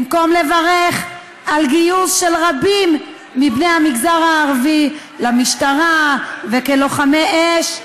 במקום לברך על גיוס של רבים מבני המגזר הערבי למשטרה וכלוחמי אש,